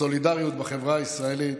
הסולידריות בחברה הישראלית,